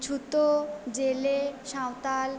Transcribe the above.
ছুতো জেলে সাঁওতাল